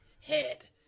head